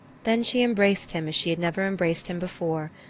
then she embraced him as she had never embraced him before,